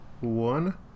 one